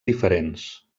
diferents